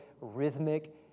rhythmic